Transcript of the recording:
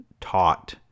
taught